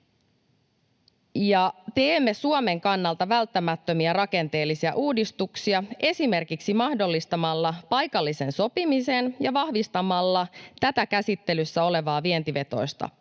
teemme Suomen kannalta välttämättömiä rakenteellisia uudistuksia, esimerkiksi mahdollistamalla paikallisen sopimisen ja vahvistamalla tätä käsittelyssä olevaa vientivetoista